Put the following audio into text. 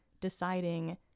deciding